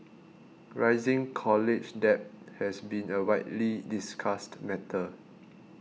rising college debt has been a widely discussed matter